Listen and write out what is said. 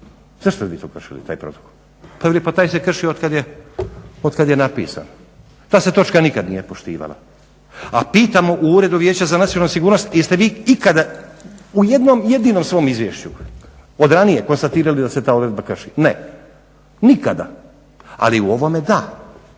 zašto ste vi kršili taj protokol. Pa veli pa taj se krši od kad je napisan. Ta se točka nikad nije poštivala. A pitam u Uredu vijeća za nacionalnu sigurnost jeste vi ikada u jednom jedinom svom izvješću od ranije konstatirali da se ta odredba krši? Ne. Nikada. Ali u ovome da.